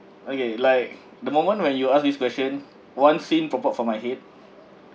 okay like the moment when you ask this question one scene popped up from my head